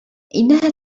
إنها